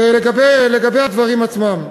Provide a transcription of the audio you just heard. לגבי הדברים עצמם,